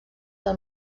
del